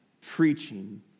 preaching